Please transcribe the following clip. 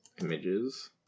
images